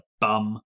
bum